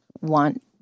want